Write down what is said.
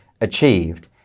achieved